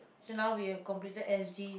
okay now we have completed S_G